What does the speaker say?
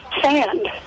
sand